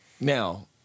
Now